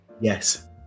Yes